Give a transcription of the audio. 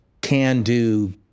can-do